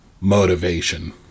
motivation